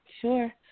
sure